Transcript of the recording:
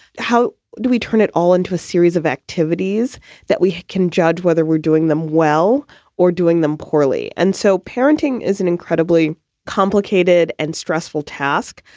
how do we turn it all into a series of activities that we can judge, whether we're doing them well or doing them poorly? and so parenting is an incredibly complicated and stressful task,